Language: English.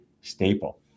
staple